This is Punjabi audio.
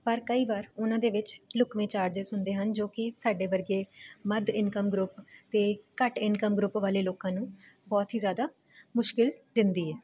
ਪਰ ਕਈ ਵਾਰ ਉਹਨਾਂ ਦੇ ਵਿੱਚ ਲੁਕਵੇਂ ਚਾਰਜਸ ਹੁੰਦੇ ਹਨ ਜੋ ਕਿ ਸਾਡੇ ਵਰਗੇ ਮੱਧ ਇਨਕਮ ਗਰੁੱਪ ਅਤੇ ਘੱਟ ਇੰਨਕਮ ਗਰੁੱਪ ਵਾਲੇ ਲੋਕਾਂ ਨੂੰ ਬਹੁਤ ਹੀ ਜ਼ਿਆਦਾ ਮੁਸ਼ਕਿਲ ਦਿੰਦੀ ਹੈ